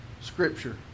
Scripture